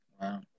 wow